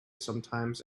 sometimes